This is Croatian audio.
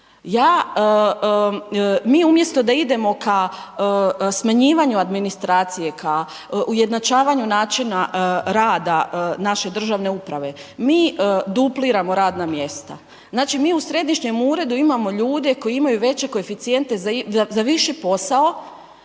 Mi umjesto da idemo ka smanjivanju administracije, ka ujednačavanju načina rada naše državne uprave, mi dupliramo radna mjesta. Znači mi u Središnjem uredu imamo ljude koji imaju veće koeficijente za viši posao